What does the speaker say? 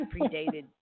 predated